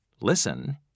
Listen